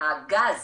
הגז